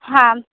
हां